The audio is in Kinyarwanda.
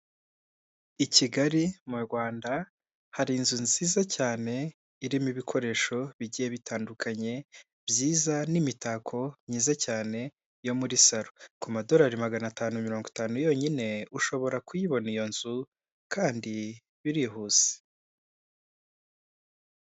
i Kigali mu Rwanda hari inzu nziza cyane, irimo ibikoresho bigiye bitandukanye, byiza n'imitako myiza cyane yo muri salon, ku madorari magana atanu mirongo itanu yonyine ushobora kuyibona iyo nzu kandi birihuse.